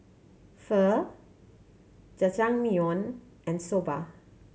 Pho Jajangmyeon and Soba